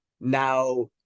Now